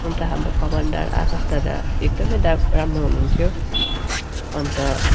अन्त हाम्रो कमान्डर आकाश दादा एकदम राम्रो हुनु हुन्थ्यो अन्त